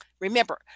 Remember